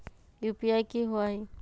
UPI कि होअ हई?